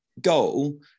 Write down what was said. goal